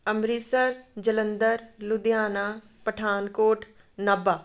Amritsar Jalandhar Ludhiana Pathankot Nabha